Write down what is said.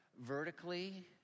vertically